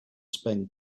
spend